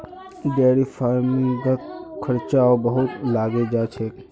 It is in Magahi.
डेयरी फ़ार्मिंगत खर्चाओ बहुत लागे जा छेक